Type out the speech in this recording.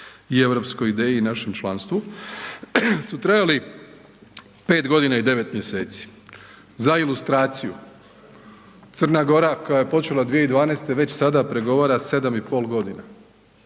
i europskoj ideji i našem članstvu su trajali 5 g. i 9 mjeseci. Za ilustraciju, Crna Gora koja je počela 2012. već sada pregovara 7 i pol godina,